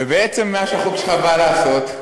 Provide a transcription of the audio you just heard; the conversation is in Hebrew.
בעצם מה שהחוק שלך בא לעשות,